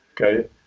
okay